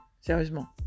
sérieusement